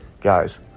guys